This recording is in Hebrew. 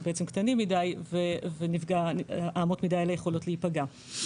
קטנים מדי ואמות המידה האלה יכולות להיפגע.